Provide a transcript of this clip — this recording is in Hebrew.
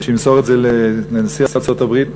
שימסור אותו לנשיא ארצות-הברית,